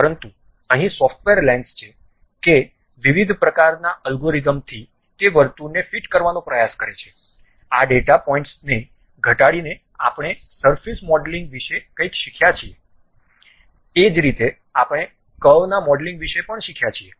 પરંતુ અહીં software lens છે કે વિવિધ પ્રકારનાં અલ્ગોરિધમથી તે વર્તુળને ફિટ કરવાનો પ્રયાસ કરે છે આ ડેટા પોઇન્ટ્સને ઘટાડીને આપણે સરફેસ મોડેલિંગ વિશે કંઈક શીખ્યા છીએ એ જ રીતે આપણે કર્વના મોડેલિંગ વિશે પણ શીખ્યા છીએ